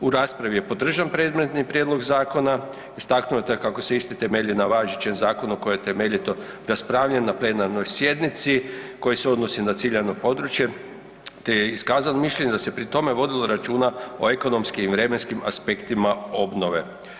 U raspravi je podržan predmetni prijedlog zakona, istaknuto je kako se isti temelji na važećem zakonu koji je temeljito raspravljen na plenarnoj sjednici koji se odnosi na ciljano područje, te je iskazano mišljenje da se pri tome vodilo računa o ekonomskim i vremenskim aspektima obnove.